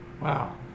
Wow